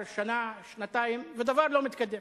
אני מציג את הנושאים האלה כבר שנה-שנתיים ודבר לא מתקדם.